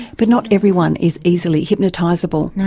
but not everyone is easily hypnotisable.